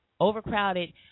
overcrowded